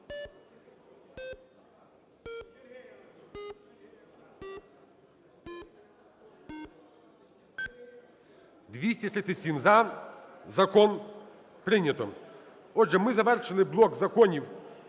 За-237 Закон прийнято. Отже, ми завершили блок законів